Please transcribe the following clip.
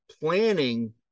planning